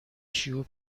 شیوع